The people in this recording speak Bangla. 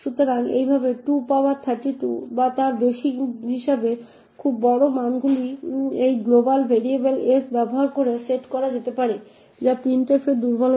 সুতরাং এইভাবে 2 পাওয়ার 32 বা তার বেশি হিসাবে খুব বড় মানগুলি এই গ্লোবাল ভেরিয়েবল s ব্যবহার করে সেট করা যেতে পারে যা printf এর দুর্বলতা